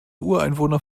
ureinwohner